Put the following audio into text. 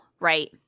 right